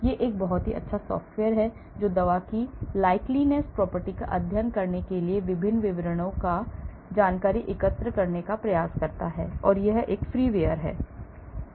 यह एक बहुत ही अच्छा सॉफ़्टवेयर है जो दवा की drug likeness property का अध्ययन करने के लिए विभिन्न विवरणकों पर जानकारी एकत्र करने का प्रयास करता है और यह एक फ्रीवेयर है